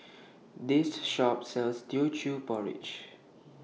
This Shop sells Teochew Porridge